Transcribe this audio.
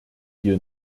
hier